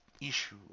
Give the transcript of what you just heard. issue